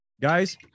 guys